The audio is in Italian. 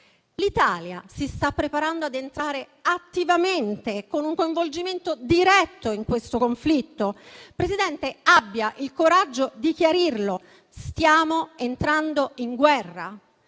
L'Italia si sta preparando ad entrare attivamente, con un coinvolgimento diretto, in questo conflitto? Signor Presidente, abbia il coraggio di chiarirlo: stiamo entrando in guerra?